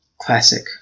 classic